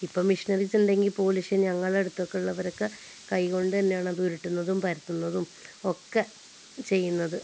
ഇപ്പം മെഷീനറീസ് ഉണ്ടെങ്കിൽ പോലും പക്ഷേ ഞങ്ങളെ അടുത്തൊക്കെ ഉള്ളവരൊക്കെ കൈക്കൊണ്ട് തന്നെയാണത് ഉരുട്ടുന്നതും പരത്തുന്നതും ഒക്കെ ചെയ്യുന്നത്